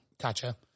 Gotcha